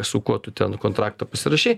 su kuo tu ten kontraktą pasirašei